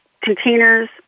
containers